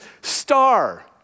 star